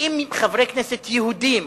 שאם חברי כנסת יהודים,